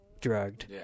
drugged